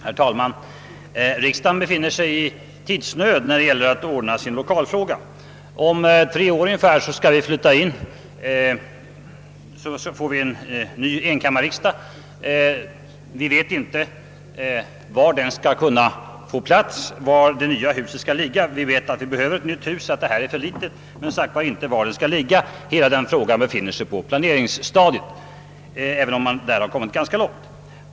Herr talman! Riksdagen befinner sig i tidsnöd då det gäller att ordna sir lokalfråga. Om ungefär tre år får vi enkammarriksdag. Vi vet inte var der skall få plats. Vi vet att det här huset är för litet och att vi behöver ett nytt, men vi vet inte var det skall ligga. Hela den frågan befinner sig på planeringsstadiet, även om man därvidlag har kommit ganska långt.